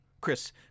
Chris